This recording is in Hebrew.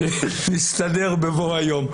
נסתדר בבוא היום.